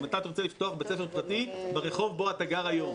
אם אתה תרצה לפתוח בית ספר פרטי ברחוב בו אתה גר היום,